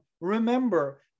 remember